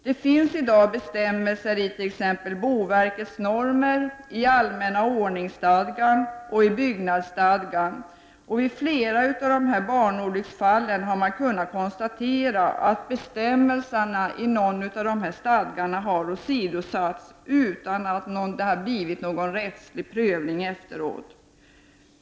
Det finns i dag bestämmelser på området i t.ex. boverkets normer, allmänna ordningsstadgan och byggnadsstadgan, och i flera av barnolycksfallen har man kunnat konstatera att bestämmelserna i någon av dessa stadgor har åsidosatts utan att det har blivit någon rättslig prövning efteråt.